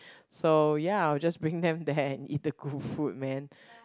so ya I'll just bring them there and eat the good food man